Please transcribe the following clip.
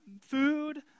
food